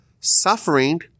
suffering